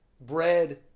bread